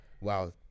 wow